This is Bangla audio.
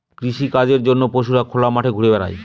কৃষিকাজের জন্য পশুরা খোলা মাঠে ঘুরা বেড়ায়